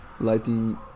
lighting